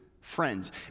friends